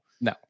no